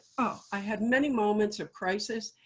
oh, i had many moments of crisis.